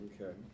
Okay